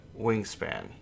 wingspan